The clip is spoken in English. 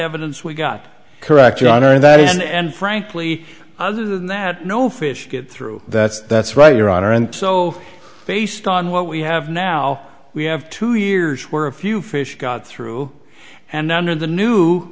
evidence we got correct john and that is and frankly other than that no fish get through that's that's right your honor and so based on what we have now we have two years where a few fish got through and under the new